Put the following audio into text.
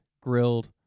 grilled